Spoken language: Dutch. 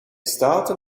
staten